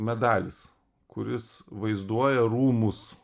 medalis kuris vaizduoja rūmus